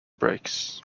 breaks